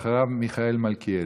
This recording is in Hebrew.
אחריו, מיכאל מלכיאלי.